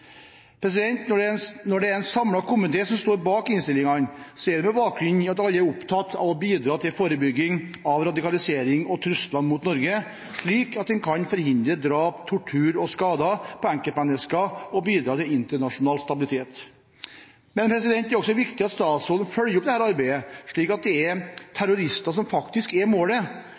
Når det er en samlet komité som står bak innstillingen, er det med bakgrunn i at alle er opptatt av å bidra til forebygging av radikalisering og trusler mot Norge, slik at en kan forhindre drap, tortur og skader på enkeltmennesker og bidra til internasjonal stabilitet. Det er også viktig at statsråden følger opp dette arbeidet, slik at det er terrorister som faktisk er målet,